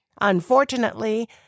Unfortunately